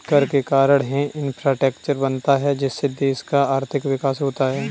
कर के कारण है इंफ्रास्ट्रक्चर बनता है जिससे देश का आर्थिक विकास होता है